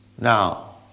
Now